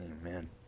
Amen